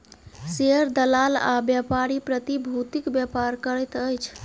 share दलाल आ व्यापारी प्रतिभूतिक व्यापार करैत अछि